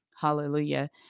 Hallelujah